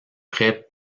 près